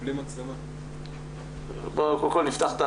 משרד הבריאות אנחנו תיקצבנו השנה כמו בכל שנה את